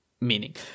meaning